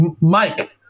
Mike